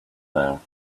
there